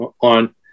on